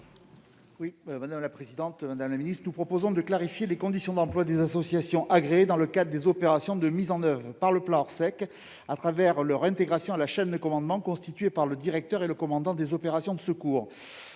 à M. Christian Redon-Sarrazy. Nous proposons de clarifier les conditions d'emploi des associations agréées dans le cadre des opérations de mise en oeuvre du plan Orsec, en les intégrant à la chaîne de commandement constituée par le directeur et le commandant des opérations de secours.